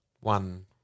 One